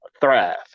thrive